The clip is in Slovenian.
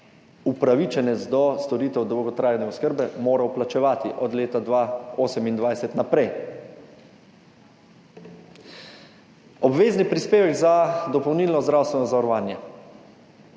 upravičenec do storitev dolgotrajne oskrbe moral plačevati od leta 2028 naprej. Obvezni prispevek za dopolnilno zdravstveno zavarovanje